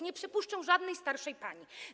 Nie przepuszczą żadnej starszej pani.